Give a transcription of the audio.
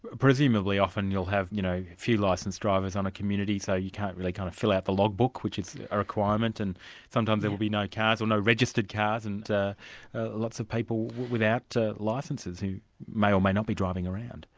ah presumably often you'll have a you know few licensed drivers on a community so you can't really kind of fill out the log book, which is a requirement, and sometimes there will be no cars, or no registered cars, and lots of people without licences who may or may not be driving around.